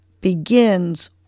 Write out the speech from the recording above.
begins